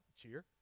cheer